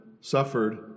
suffered